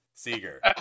Seeger